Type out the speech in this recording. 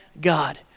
God